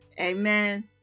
Amen